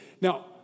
Now